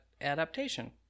adaptation